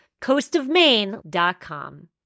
Coastofmaine.com